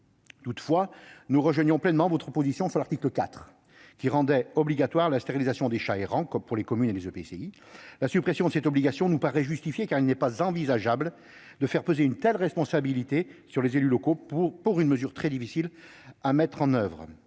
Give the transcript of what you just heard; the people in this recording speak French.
Toutefois, nous partageons pleinement votre position sur l'article 4, qui rendait obligatoire la stérilisation des chats errants pour les communes et les EPCI. La suppression de cette obligation nous paraît justifiée, car il n'est pas envisageable de faire peser une telle responsabilité sur les élus locaux, surtout s'agissant d'une mesure très difficile à mettre en oeuvre.